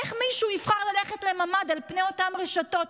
איך מישהו יבחר ללכת לממ"ד על פני אותן רשתות?